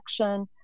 action